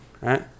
Right